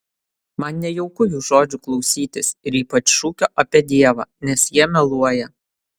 man nejauku jų žodžių klausytis ir ypač šūkio apie dievą nes jie meluoja